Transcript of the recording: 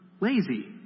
lazy